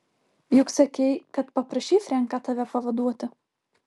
juk sakei kad paprašei frenką tave pavaduoti